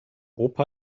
opa